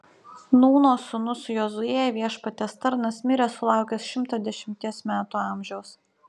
nūno sūnus jozuė viešpaties tarnas mirė sulaukęs šimto dešimties metų amžiaus